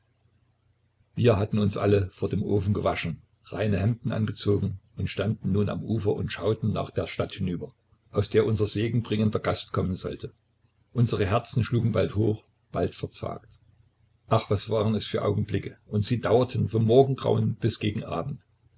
wir hatten uns alle vor dem ofen gewaschen reine hemden angezogen und standen nun am ufer und schauten nach der stadt hinüber aus der unser segenbringender gast kommen sollte unsere herzen schlugen bald hoch bald verzagt ach was waren es für augenblicke und sie dauerten vom morgengrauen bis gegen abend